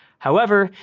however,